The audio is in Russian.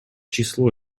число